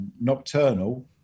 nocturnal